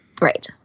Right